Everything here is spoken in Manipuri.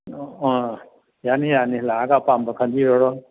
ꯑ ꯌꯥꯅꯤ ꯌꯥꯅꯤ ꯂꯥꯛꯑꯒ ꯑꯄꯥꯝꯕ ꯈꯟꯕꯤꯔꯔꯣ